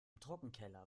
trockenkeller